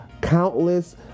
countless